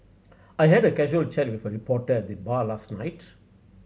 I had a casual chat with a reporter at the bar last night